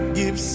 give